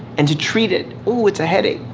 and to treat it, ooh, it's a headache.